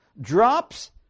Drops